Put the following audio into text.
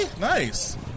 Nice